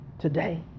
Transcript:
today